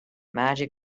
magic